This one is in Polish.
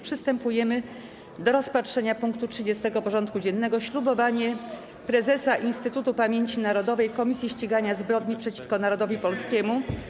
Przystępujemy do rozpatrzenia punktu 34. porządku dziennego: Ślubowanie Prezesa Instytutu Pamięci Narodowej - Komisji Ścigania Zbrodni przeciwko Narodowi Polskiemu.